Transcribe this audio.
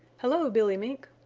hello, billy mink,